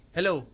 Hello